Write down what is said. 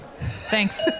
Thanks